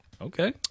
Okay